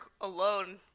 alone